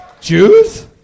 Jews